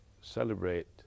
celebrate